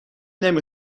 نمی